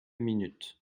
minutes